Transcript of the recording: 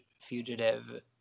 fugitive